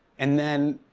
and then